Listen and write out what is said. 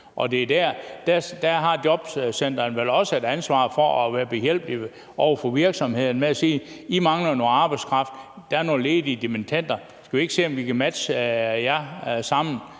uddannelse. Der har jobcentrene vel også et ansvar for at være behjælpelige over for virksomhederne ved at sige: I mangler noget arbejdskraft, vi har nogle ledige dimittender – skal vi ikke se, om vi kan matche jer med